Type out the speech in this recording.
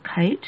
coat